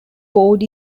board